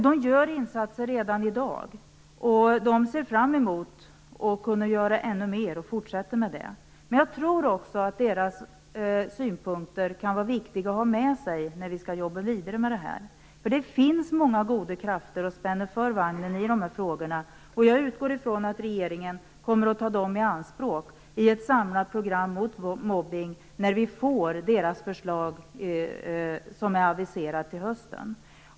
De gör insatser redan i dag och de ser fram emot att kunna göra ännu mera och fortsätta så. Men jag tror också att det kan vara viktigt för oss att ha med deras synpunkter i det fortsatta arbetet. Det finns ju många goda krafter att spänna för vagnen i de här frågorna. Jag utgår från att regeringen i ett samlat program mot mobbning tar dem i anspråk när vi får det förslag som är aviserat skall komma till hösten.